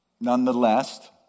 Nonetheless